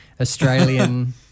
Australian